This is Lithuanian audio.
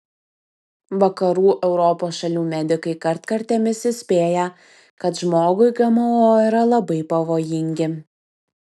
vakarų europos šalių medikai kartkartėmis įspėja kad žmogui gmo yra labai pavojingi